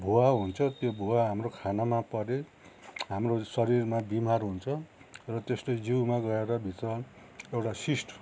भुवा हुन्छ त्यो भुवा हाम्रो खानामा परे हाम्रो शरीरमा बिमार हुन्छ र त्यसले जिउमा गएर भित्र एउटा सिस्ट